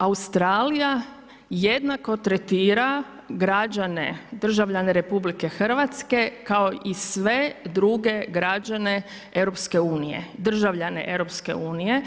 Australija jednako tretira građane, državljane RH kao i sve druge građane EU, državljane EU.